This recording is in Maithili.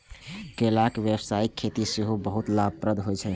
केलाक व्यावसायिक खेती सेहो बहुत लाभप्रद होइ छै